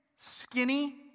skinny